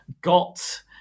got